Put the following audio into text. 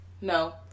no